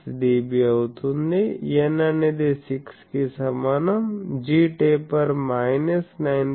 66 dB అవుతుంది n అనేది 6 కి సమానం gtaper మైనస్ 9